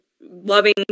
loving